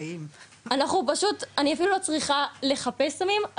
אני אפילו לא צריכה לחפש סמים,